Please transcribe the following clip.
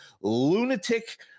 lunatic